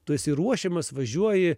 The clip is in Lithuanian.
tu esi ruošiamas važiuoji